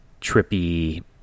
trippy